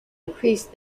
increased